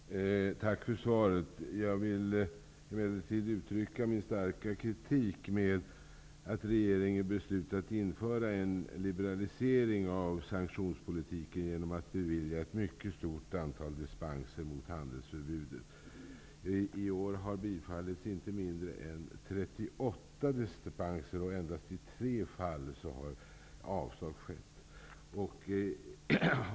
Herr talman! Tack för svaret. Jag vill emellertid uttrycka min starka kritik mot att regeringen har beslutat införa en liberalisering av sanktionspolitiken genom att bevilja ett mycket stort antal dispenser mot handelsförbudet. I år har inte mindre än 38 dispenser bifallits. Endast i tre fall har avslag skett.